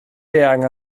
eang